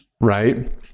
right